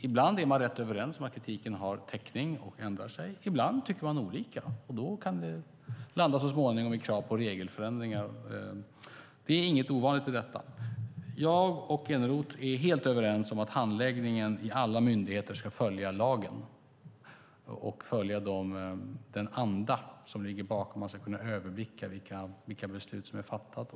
Ibland är man rätt överens om att kritiken har täckning och så ändrar man sig. Ibland tycker man olika. Då kan det så småningom landa i krav på regelförändringar. Det är inget ovanligt i detta. Jag och Eneroth är helt överens om att handläggningen i alla myndigheter ska följa lagen och följa den anda som ligger bakom. Man ska kunna överblicka vilka beslut som är fattade.